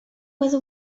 was